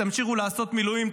תמשיכו לעשות מילואים,